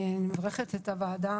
אני מברכת על הקמת ועדת